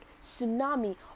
tsunami